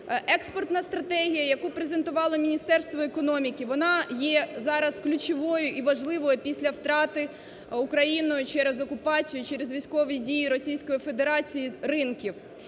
Експортна стратегія, яку презентувало Міністерство економіки, вона є зараз ключовою і важливою після втрати Україною через окупацію, через військові дії Російської Федерації ринків.